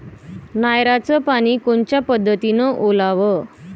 नयराचं पानी कोनच्या पद्धतीनं ओलाव?